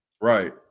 right